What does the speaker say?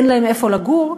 אין להם איפה לגור,